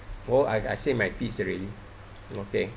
well I I said my piece already okay